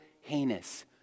heinous